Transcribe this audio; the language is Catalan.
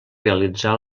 realitzar